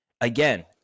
Again